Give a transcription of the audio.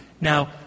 now